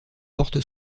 porte